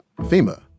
FEMA